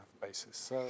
basis